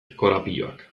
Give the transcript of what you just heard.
korapiloak